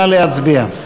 נא להצביע.